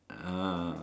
ah